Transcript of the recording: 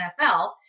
nfl